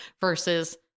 versus